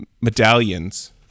medallions